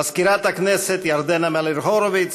מזכירת הכנסת ירדנה מלר-הורוביץ,